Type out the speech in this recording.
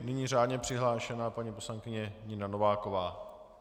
Nyní řádně přihlášená paní poslankyně Nina Nováková.